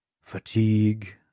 fatigue